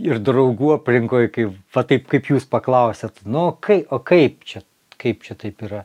ir draugų aplinkoj kai va taip kaip jūs paklausėt nu kai o kaip čia kaip čia taip yra